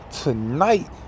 tonight